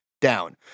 down